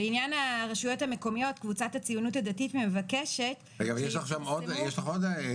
לגבי המצב של "קול הבריאות" יש לנו כבר מכרז חדש,